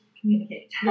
communicate